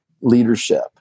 leadership